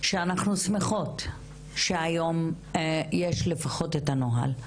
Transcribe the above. שאנחנו שמחות שהיום יש לפחות את הנוהל.